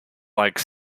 like